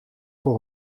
voor